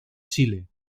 chile